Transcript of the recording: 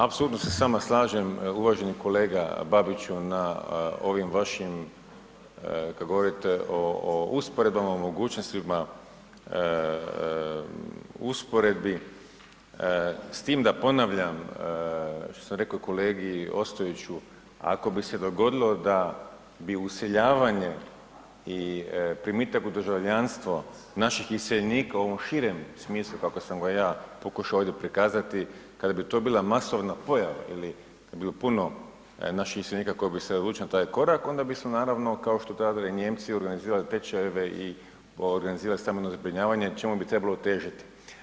Apsolutno se s vama slažem uvaženi kolega Babiću na ovim vašim kad govorite o usporedbama, o mogućnostima usporedbi s tim da ponavljam, što sam rekao i kolegi Ostojiću, ako bi se dogodilo da bi useljavanje i primitak u državljanstvo naših iseljenika u ovom širem smislu kako sam ga ja pokušao ovdje prikazati, kada bi to bila masovna pojava ili kad bi bilo puno naših iseljenika koji bi se odlučili na taj koraka onda bismo naravno kao što to rade Nijemci organizirali tečajeve i organizirali stambeno zbrinjavanje, čemu bi trebalo težiti.